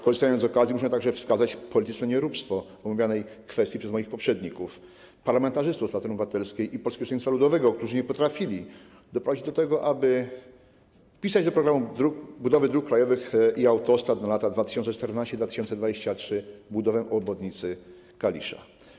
Korzystając z okazji, muszę także wskazać polityczne nieróbstwo w omawianej kwestii moich poprzedników, parlamentarzystów Platformy Obywatelskiej i Polskiego Stronnictwa Ludowego, którzy nie potrafili doprowadzić do tego, aby wpisać do „Programu budowy dróg krajowych na lata 2014-2023” budowę obwodnicy Kalisza.